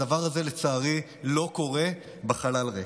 הדבר הזה, לצערי, לא קורה בחלל ריק.